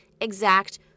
exact